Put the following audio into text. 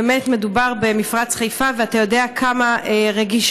באמת מדובר במפרץ חיפה, ואתה יודע כמה רגיש